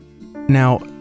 now